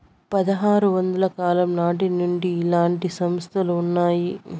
పదహారు వందల కాలం నాటి నుండి ఇలాంటి సంస్థలు ఉన్నాయి